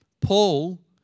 Paul